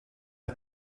are